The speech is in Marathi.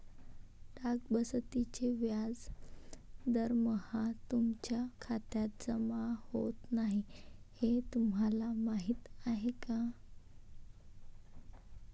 डाक बचतीचे व्याज दरमहा तुमच्या खात्यात जमा होत नाही हे तुम्हाला माहीत आहे का?